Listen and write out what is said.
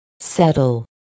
settle